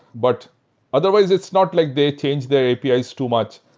but otherwise, it's not like they change their apis too much.